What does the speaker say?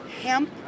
hemp